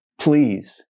Please